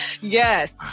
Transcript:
Yes